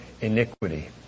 iniquity